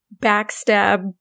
backstab